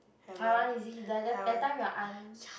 Taiwan is it that that that time your aunt